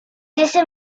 ese